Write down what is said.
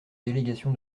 délégation